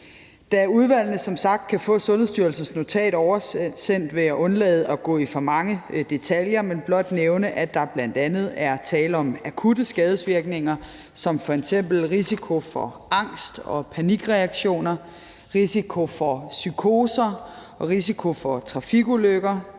Da udvalgene som sagt kan få Sundhedsstyrelsens notat oversendt, vil jeg undlade at gå i for mange detaljer, men blot nævne, at der bl.a. er tale om akutte skadesvirkninger som f.eks. risiko for angst- og panikreaktioner, risiko for psykoser, risiko for trafikulykker.